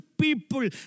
people